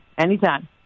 Anytime